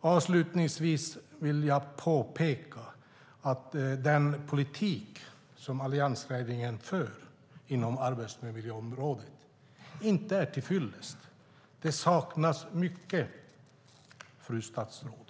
Avslutningsvis vill jag påpeka att den politik som alliansregeringen för inom arbetsmiljöområdet inte är till fyllest. Det saknas mycket, fru statsråd.